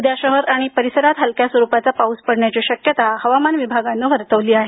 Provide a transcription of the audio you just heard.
उद्या शहर आणि परिसरात हलकया स्वरूपाचा पाऊस पडण्याची शक्यता हवामान विभागानं वर्तवली आहे